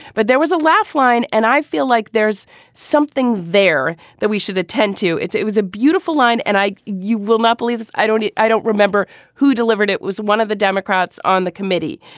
but there was a laugh line and i feel like there's something there that we should attend to. it it was a beautiful line. and i you will not believe this. i don't i don't remember who delivered it was one of the democrats on the committee.